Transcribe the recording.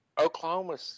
Oklahoma